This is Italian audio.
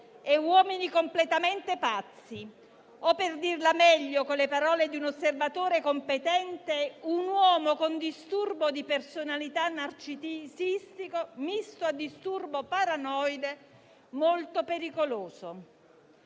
e uomini completamente pazzi o, per dirla meglio, con le parole di un osservatore competente, un uomo con disturbo di personalità narcisistico misto a disturbo paranoide molto pericoloso.